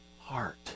heart